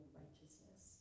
righteousness